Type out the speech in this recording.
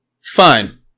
fine